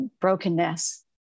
brokenness